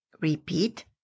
Repeat